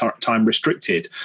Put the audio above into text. time-restricted